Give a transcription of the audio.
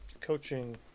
Coaching